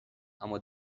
اما